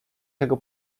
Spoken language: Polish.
tego